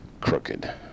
crooked